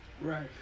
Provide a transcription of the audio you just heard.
Right